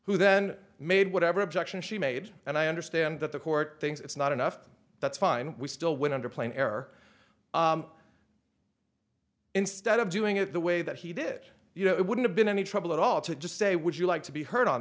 who then made whatever objection she made and i understand that the court thinks it's not enough that's fine we still win under plane air instead of doing it the way that he did it you know it wouldn't have been any trouble at all to just say would you like to be heard on